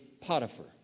Potiphar